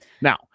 Now